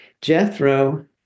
Jethro